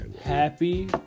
Happy